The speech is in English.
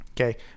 Okay